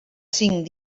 cinc